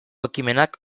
ekimenak